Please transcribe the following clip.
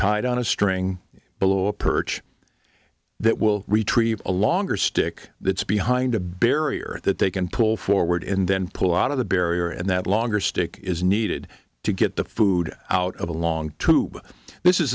tied on a string below a perch that will retrieve a longer stick that's behind a barrier that they can pull forward in then pull out of the barrier and that longer stick is needed to get the food out of a long tube this is